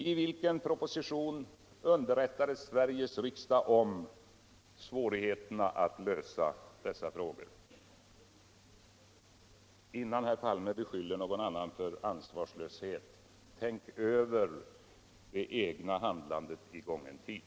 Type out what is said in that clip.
I vilken proposition underrättades Sveriges riksdag om dessa frågor? Innan herr Palme beskyller någon annan för ansvarslöshet, tänk över det egna handlandet i gången tid.